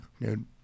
dude